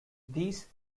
these